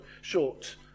short